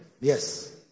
Yes